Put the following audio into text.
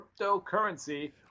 cryptocurrency